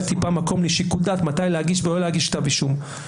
טיפה מקום לשיקול דעת מתי להגיש ומתי לא להגיש כתב אישום.